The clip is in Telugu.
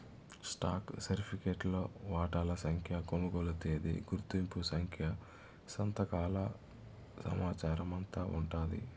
స్టాక్ సరిఫికెట్లో వాటాల సంఖ్య, కొనుగోలు తేదీ, గుర్తింపు సంఖ్య, సంతకాల సమాచారమంతా ఉండాది